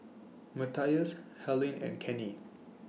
Matthias Helyn and Kenny